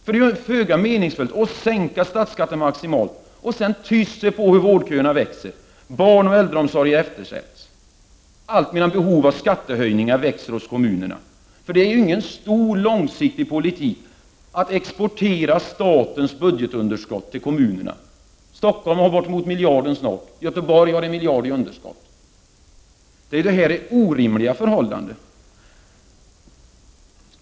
Det är föga meningsfullt att sänka statsskatten maximalt och sedan tyst se på hur vårdköerna växer och barnoch äldreomsorg eftersätts, alltmedan behoven av skattehöjningar hos kommunerna växer. Det är ingen stor långsiktig politik att ”exportera” statens budgetunderskott till kommunerna. Stockholm har snart uppemot en miljard, Göteborg har en miljard, i underskott. Det är orimliga förhållanden.